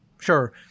Sure